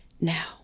Now